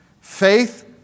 Faith